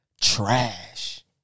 trash